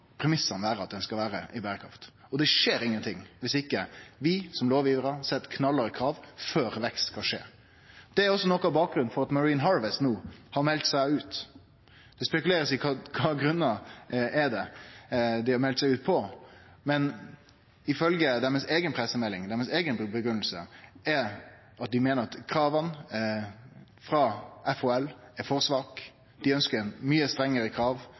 premissen vere at ho skal vere i berekraft. Men det skjer ingenting viss ikkje vi som lovgjevarar stiller knallharde krav før vekst kan skje. Det er også noko av bakgrunnen for at Marine Harvest no har meldt seg ut av FHL. Det blir spekulert i kva grunnen er til at dei har meldt seg ut, men ifølgje deira eiga pressemelding er grunnen at dei meiner at krava frå FHL er for svake. Dei ønskjer mykje strengare krav